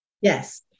Yes